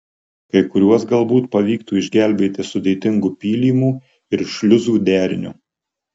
kai kuriuos galbūt pavyktų išgelbėti sudėtingu pylimų ir šliuzų deriniu